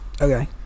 Okay